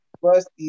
first